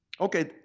Okay